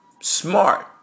Smart